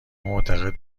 معتقد